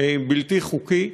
בלתי חוקי?